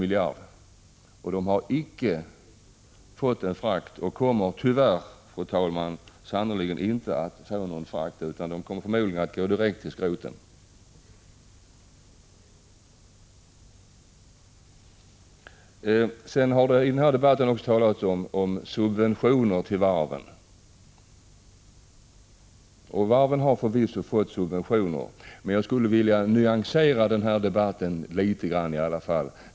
Dessa tankrar har icke fått en frakt, och de kommer tyvärr, fru talman, sannolikt inte att få någon frakt. De kommer förmodligen att gå direkt till skroten. I den här debatten har också talats om subventioner till varven. Och varven har förvisso fått subventioner, men jag skulle ändå vilja nyansera den här debatten litet grand.